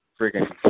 freaking